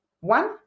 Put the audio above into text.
One